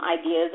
ideas